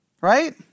right